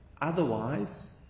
Otherwise